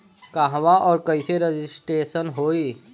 कहवा और कईसे रजिटेशन होई?